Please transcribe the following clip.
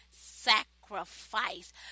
sacrifice